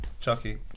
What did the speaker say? Chucky